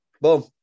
Boom